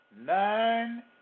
nine